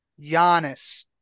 Giannis